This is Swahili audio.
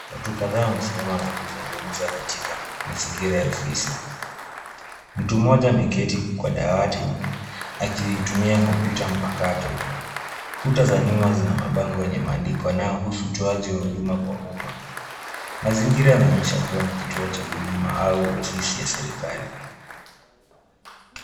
Watu kadhaa wamesimama na kuzungumza katika mazingira ya ofisi. Mtu mmoja ameketi kwa dawati akitumia kompyuta mpakato. Kuta za nyuma zina maandiko yanayohusu utoaji huduma kwa umma. Mazingira yanaonyesha kubwa ni kituo cha huduma au ofisi ya serikali.